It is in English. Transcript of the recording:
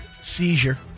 seizure